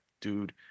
Dude